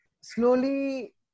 Slowly